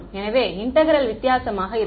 எனவே இன்டெக்ரல் வித்தியாசமாக இருக்கும்